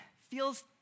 feels